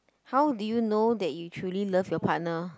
how did you know that you truly love your partner